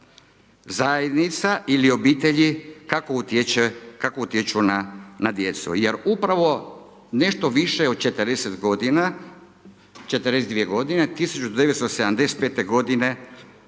zajednica ili obitelji, kako utječe, kako utječu na djecu jer upravo nešto više od 40 godina, 42 godine, 1975. godine